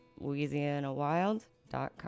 LouisianaWild.com